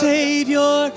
Savior